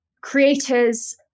creators